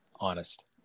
honest